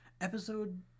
Episode